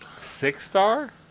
Six-star